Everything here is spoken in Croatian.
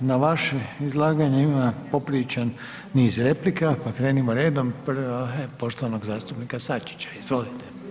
Na vaše izlaganje ima popriličan niz replika, pa krenimo redom, prva je poštovanog zastupnika Sačića, izvolite.